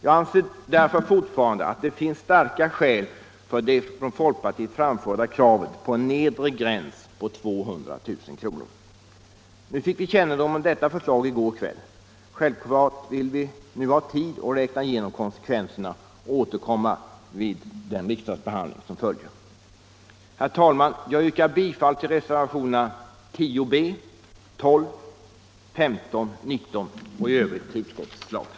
Jag anser därför att det finns starka skäl för det från folkpartiet framförda kravet på en nedre gräns vid 200 000 kr. Vi fick kännedom om regeringens förslag i går kväll. Självklart vill vi nu ha tid att räkna igenom konsekvenserna och återkomma vid den riksdagsbehandling som följer. Herr talman! Jag yrkar bifall till reservationerna 10 b, 12, 15 och 19 vid civilutskottets betänkande nr 7 och i övrigt till utskottets förslag.